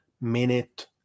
minute